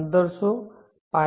1500 છે